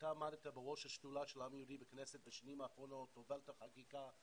אתה עמדת בראש השדולה של העם היהודי בכנסת בשנים האחרונות והובלת חקיקה,